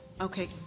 Okay